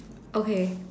okay